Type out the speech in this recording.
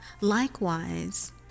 Likewise